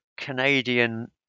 Canadian